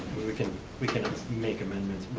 we can we can make amendments,